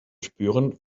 spüren